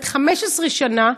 כלומר 15 שנה,